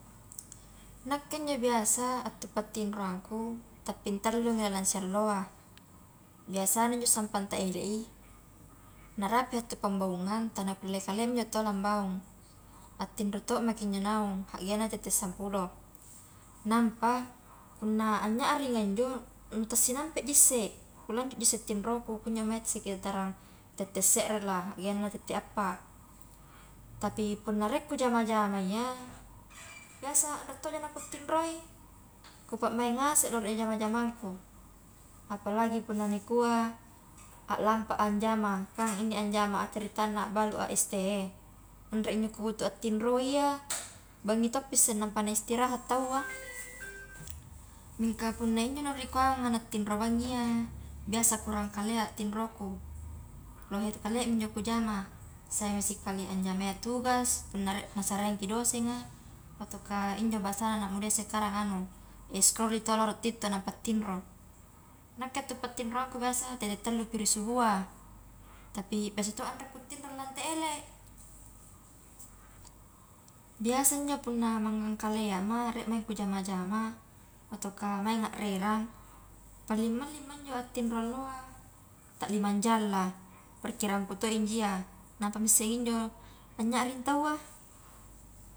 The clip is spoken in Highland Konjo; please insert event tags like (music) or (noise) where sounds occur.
Nakke njo biasa attu pattinroangku ta pintallungi alang sialloa, biasana njo sampang ta ele i narapi hattu pambaungang tala nakulle kaleami injo taua la bangung, atinro to maki njo naung haggenna tette sampulo, nampa punna anyarringi anjo nu tasinampeji isse, kulanjutji isse tinroku kunju mange sekitaran tete serrelah haggeanna tette appa, tapi punna rie kujama-jama iya biasa anre to ja ku tinroi, ku pa maing ngase loro jama-jamangku, apalagi punna nikua a lampa a njama, kang inni anjama a caritanna abbalu a es teh, anre injo ku butu attinro i iya (noise) bangi toppi isse nampa na istirahat (noise) tawwa, mingka punna injo nu rikua nu tinro bangi iya biasa kurang kalea tinroku, lohe kalea injo kujama saimi sikali anjamayya tugas, punna rie nasareangki dosenga, ataukah injo bansana anak mudayya sekarang anu, (unintelligible) nampa tinro, nakka attu pattinroangku biasa tette tallupi ri subua, tapi biasa to anre ku tinro lante ele, biasa injo punna mangang kaleama rie mae kujama-jama ataukah mainga relang, paling malling mainjo attinro allo a, ta lima jang lah perkiraan ku to injo iyya nampami isse injo a nyaring taua.